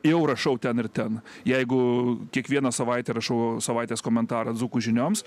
jau rašau ten ir ten jeigu kiekvieną savaitę rašau savaitės komentarą dzūkų žinioms